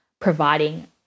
providing